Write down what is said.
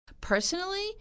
Personally